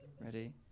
Ready